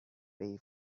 pay